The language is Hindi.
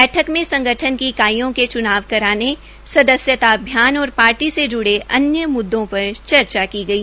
बैठक में संगठन इकाईयों के च्नाव कराने सदस्यता अभियान और पार्टी से जुड़े अन्य मुद्दों पर चर्चा की गई